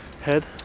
head